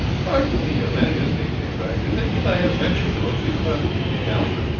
pardon me, your majesty, she cried to think that i have ventured to abuse our good king alfred,